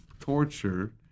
torture